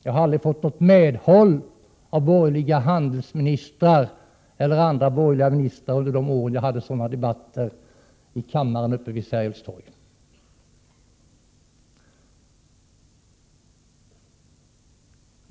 Jag har aldrig fått något medhåll av borgerliga handelsministrar eller andra borgerliga ministrar under de år då vi hade sådana debatter i kammaren vid Sergels torg.